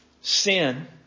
Sin